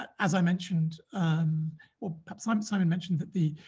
as i mentioned um well perhaps um simon mentioned that the